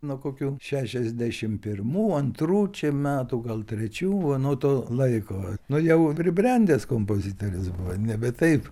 nuo kokių šešiasdešim pirmų antrų čia metų gal trečių a nuo to laiko nu jau pribrendęs kompozitorius buvau nebe taip